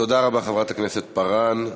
תודה לרבה, חברת הכנסת פארן.